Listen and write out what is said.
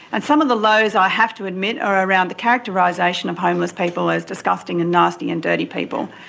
and some of the lows i have to admit are around the characterisation of homeless people as disgusting and nasty and dirty people,